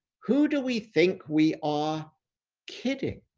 who do we think we are kidding